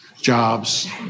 jobs